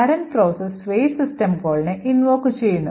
parent process wait system കോളിനെ invoke ചെയ്യുന്നു